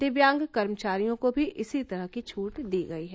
दिव्यांग कर्मचारियों को भी इसी तरह की छूट दी गई है